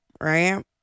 right